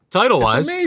title-wise